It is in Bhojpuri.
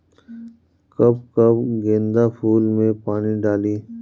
कब कब गेंदा फुल में पानी डाली?